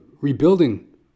rebuilding